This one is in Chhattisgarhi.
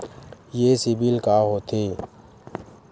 ये सीबिल का होथे?